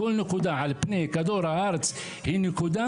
כל נקודה על פני כדור הארץ היא נקודה,